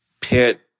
pit